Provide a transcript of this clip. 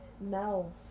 No